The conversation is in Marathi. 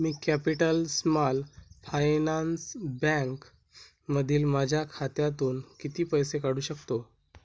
मी कॅपिटल स्मॉल फायनान्स बँकमधील माझ्या खात्यातून किती पैसे काढू शकतो